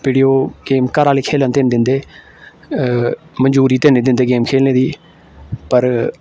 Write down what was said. video game घरै आह्ले खेलन ते हैनी दिंदे मंजूरी ते निं दिंदे गेम खेलने दी पर